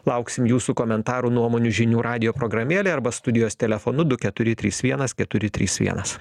lauksim jūsų komentarų nuomonių žinių radijo programėlėj arba studijos telefonu du keturi trys vienas keturi trys vienas